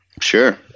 Sure